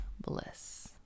bliss